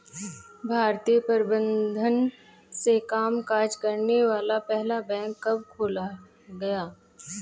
भारतीय प्रबंधन से कामकाज करने वाला पहला बैंक कब खोला गया?